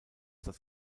das